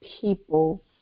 people